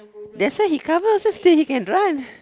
that's why he cover so that he can run